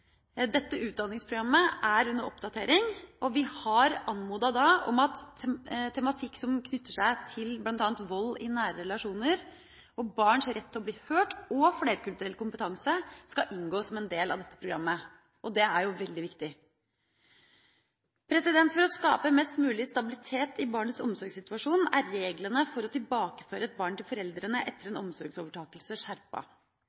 Dette utdanningsprogrammet er under oppdatering. Vi har anmodet om at tematikk som knytter seg til bl.a. vold i nære relasjoner, barns rett til å bli hørt og flerkulturell kompetanse skal inngå som en del av dette programmet. Det er veldig viktig. For å skape mest mulig stabilitet i barnets omsorgssituasjon er reglene for å tilbakeføre et barn til foreldrene etter